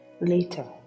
later